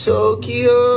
Tokyo